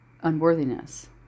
unworthiness